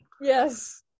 Yes